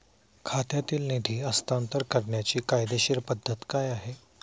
खात्यातील निधी हस्तांतर करण्याची कायदेशीर पद्धत काय आहे?